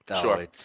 Sure